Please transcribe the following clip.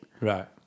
right